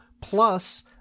plus